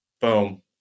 Boom